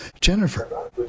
Jennifer